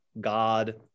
God